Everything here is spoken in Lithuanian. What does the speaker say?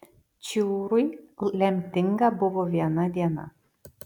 čiūrui lemtinga buvo viena diena